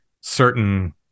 certain